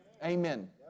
Amen